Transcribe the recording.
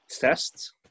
tests